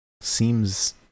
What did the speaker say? seems